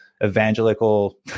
Evangelical